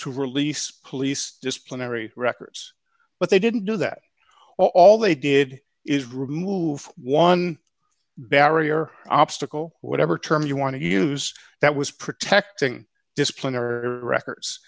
to release police disciplinary records but they didn't do that all they did is remove one barrier obstacle whatever term you want to use that was protecting discipline or records